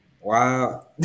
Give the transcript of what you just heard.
Wow